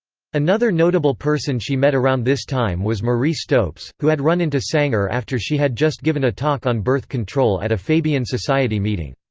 another notable person she met around this time was marie stopes, who had run into sanger after she had just given a talk on birth control at a fabian society meeting.